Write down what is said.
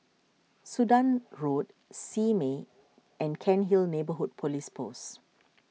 Sudan Road Simei and Cairnhill Neighbourhood Police Post